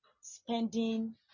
spending